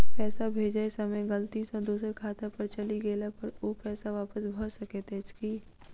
पैसा भेजय समय गलती सँ दोसर खाता पर चलि गेला पर ओ पैसा वापस भऽ सकैत अछि की?